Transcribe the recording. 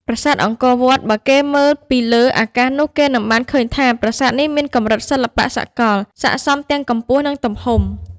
ប្រាសាទអង្គរវត្ត បើគេមើលពីលើ អាកាសនោះ គេនឹងបានឃើញថា ប្រាសាទនេះមានកម្រិតសិល្បៈសកល ស័ក្តិសមទាំងកម្ពស់ និង ទំហំ។